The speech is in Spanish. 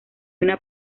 una